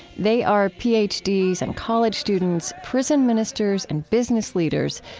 they are ph d s and college students prison ministers and business leaders.